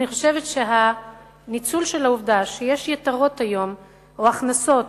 אני חושבת שהניצול של העובדה שיש יתרות היום או הכנסות